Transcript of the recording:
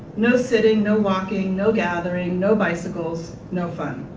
no sitting, no walking, no gathering, no bicycles, no fun.